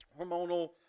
hormonal